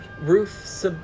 Ruth